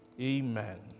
amen